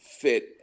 fit